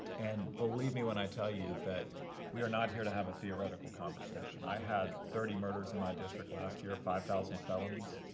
and believe me when i tell you that we are not here to have a theoretical conversation. i had thirty murders in my district last year five thousand felonies,